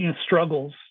struggles